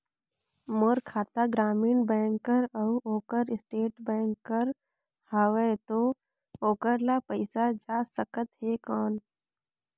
मोर खाता ग्रामीण बैंक कर अउ ओकर स्टेट बैंक कर हावेय तो ओकर ला पइसा जा सकत हे कौन?